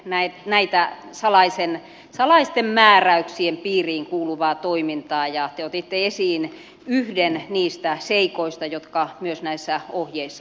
tietolähdetoiminta on tätä salaisten määräyksien piiriin kuuluvaa toimintaa ja te otitte esiin yhden niistä seikoista jotka myös näissä ohjeissa ovat